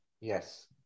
Yes